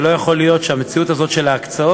ולא יכול להיות שהמציאות הזאת של ההקצאות